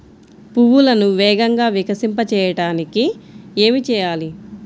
పువ్వులను వేగంగా వికసింపచేయటానికి ఏమి చేయాలి?